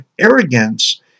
arrogance